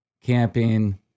camping